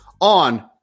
on